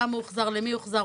כמה הוחזר ולמי הוחזר.